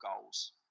goals